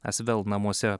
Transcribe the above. asvel namuose